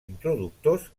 introductors